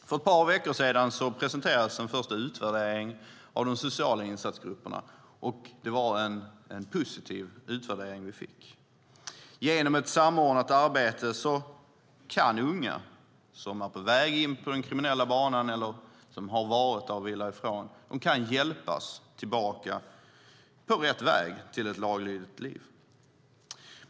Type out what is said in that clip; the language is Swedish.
För ett par veckor sedan presenterades en första utvärdering av de sociala insatsgrupperna, och det var en positiv utvärdering vi fick. Genom ett samordnat arbete så kan unga som är på väg in på den kriminella banan eller som har varit där och vill därifrån hjälpas tillbaka på rätt väg till ett laglydigt liv.